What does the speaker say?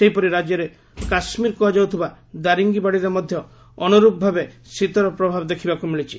ସେହିପରି ରାଜ୍ୟର କାଶ୍ମୀର କୁହାଯାଉଥିବା ଦାରିଙ୍ଗବାଡ଼ିରେ ମଧ୍ଧ ଅନୁରୂପ ଭାବେ ଶୀତର ପ୍ରଭାବ ଦେଖ୍ବାକୁ ମିଳିଛି